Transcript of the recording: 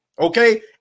okay